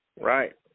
Right